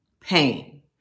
pain